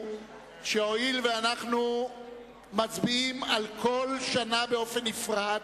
הואיל ואנחנו מצביעים על כל שנה באופן נפרד,